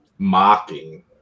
Mocking